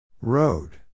Road